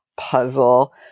puzzle